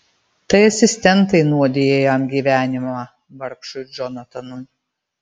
tai asistentai nuodija jam gyvenimą vargšui džonatanui